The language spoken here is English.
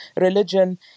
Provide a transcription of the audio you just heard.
religion